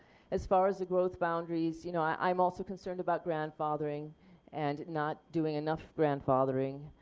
as far as the growth boundaries, you know i'm also concerned about grandfathering and not doing enough grandfathering.